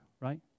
right